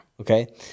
Okay